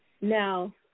now